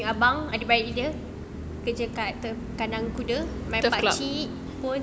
dia punya abang adik-beradik dia kerja kat kandang kuda my pakcik pun